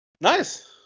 Nice